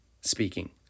speaking